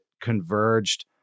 converged